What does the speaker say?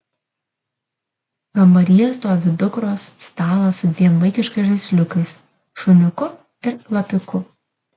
kambaryje stovi dukros stalas su dviem vaikiškais žaisliukais šuniuku ir lapiuku